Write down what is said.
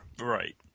Right